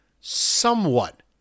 somewhat